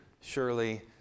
surely